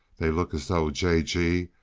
they look as though j. g.